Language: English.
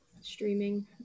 streaming